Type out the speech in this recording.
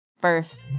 first